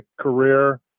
career